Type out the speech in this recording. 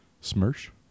Smirch